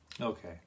Okay